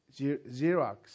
Xerox